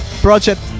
Project